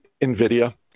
Nvidia